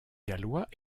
gallois